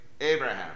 Abraham